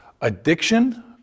Addiction